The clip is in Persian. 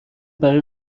برای